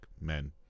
men